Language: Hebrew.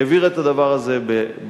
העביר את הדבר הזה בממשלה.